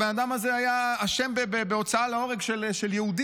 הבן אדם הזה היה אשם בהוצאה להורג של יהודי.